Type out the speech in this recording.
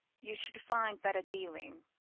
you should find better dealing.